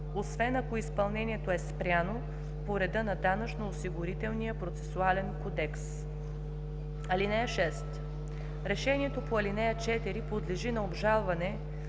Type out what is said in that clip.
освен ако изпълнението е спряно по реда на Данъчно-осигурителния процесуален кодекс. (6) Решението по ал. 4 подлежи на обжалване